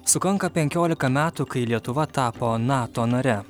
sukanka penkiolika metų kai lietuva tapo nato nare